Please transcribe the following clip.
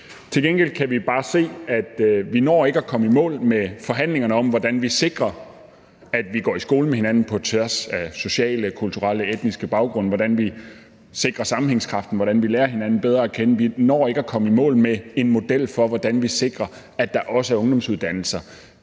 Til gengæld kan vi bare se, at vi ikke når at komme i mål med forhandlingerne om, hvordan vi sikrer, at vi går i skole med hinanden på tværs af sociale, kulturelle og etniske baggrunde, hvordan vi sikrer sammenhængskraften, og hvordan vi lærer hinanden bedre at kende. Vi når ikke at komme i mål med en model for, hvordan vi sikrer, at der også er ungdomsuddannelser